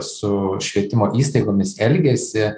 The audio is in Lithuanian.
su švietimo įstaigomis elgiasi